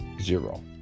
Zero